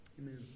Amen